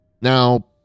Now